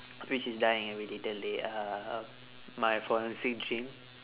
which is dying every little day uh my forensic dream